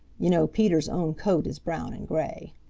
you know peter's own coat is brown and gray.